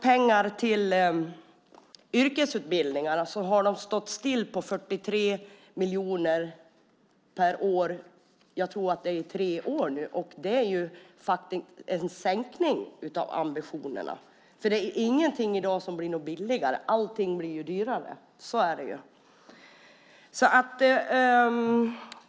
Pengarna till yrkesutbildningarna har stått still på 43 miljoner per år i, tror jag, tre år nu. Det är en sänkning av ambitionerna. Det är ingenting i dag som blir billigare; allting blir dyrare. Så är det ju.